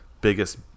biggest